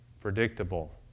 predictable